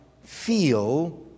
feel